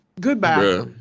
Goodbye